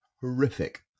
horrific